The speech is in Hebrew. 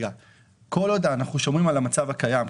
כל עוד אנחנו שומרים על המצב הקיים,